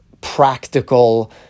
practical